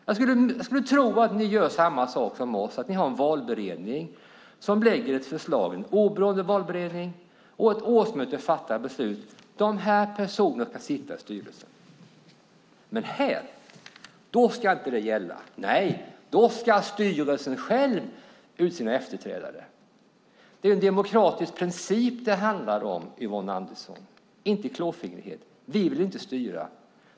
Men jag skulle tro att ni gör som vi, att ni har en oberoende valberedning som lägger fram ett förslag och att det på ett årsmöte fattas beslut om vilka personer som ska sitta i styrelsen. Men här ska inte det gälla. Nej, styrelsen ska själv utse sina efterträdare. Det handlar, Yvonne Andersson, om en demokratisk princip, inte om klåfingrighet! Vi vill inte styra.